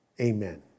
Amen